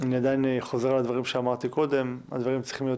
אני עדיין חוזר על הדברים שאמרתי קודם הדברים צריכים להיות